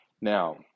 Now